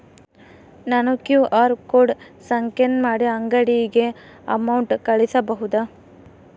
ನಾನು QR code scan ಮಾಡಿ ಅಂಗಡಿಗೆ ಅಮೌಂಟ್ ಕಳಿಸಬಹುದಾ?